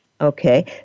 Okay